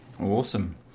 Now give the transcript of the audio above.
Awesome